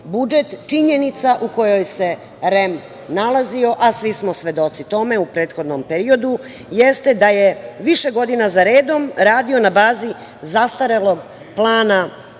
budžet, činjenica u kojoj se REM nalazio, a svi smo svedoci tome u prethodnom periodu jeste da je više godina za redom radio na bazi zastarelog plana